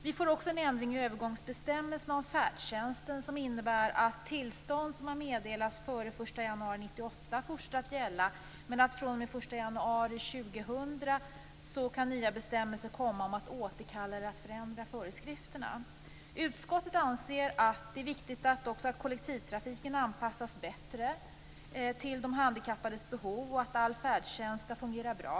Vi får också en ändring i övergångsbestämmelserna om färdtjänsten som innebär att tillstånd som har meddelats före den 1 januari 1998 fortsätter att gälla. Men fr.o.m. den 1 januari 2000 kan nya bestämmelser komma om att föreskrifterna skall återkallas eller förändras. Utskottet anser att det är viktigt att kollektivtrafiken anpassas bättre till de handikappades behov och att all färdtjänst skall fungera bra.